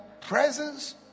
presence